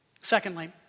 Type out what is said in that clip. Secondly